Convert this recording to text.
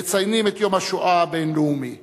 מציינים את יום השואה הבין-לאומי.